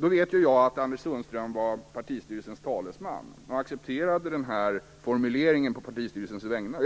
Jag vet ju att Anders Sundström var partistyrelsens talesman och accepterade denna formulering på partistyrelsens vägnar.